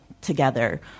together